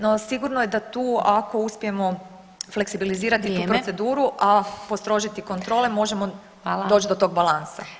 No sigurno je da tu ako uspijemo fleksibilizirati [[Upadica Glasovac: Vrijeme.]] tu proceduru, a postrožiti kontrole možemo doć do tog balansa.